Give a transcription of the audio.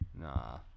nah